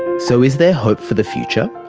so is there hope for the future?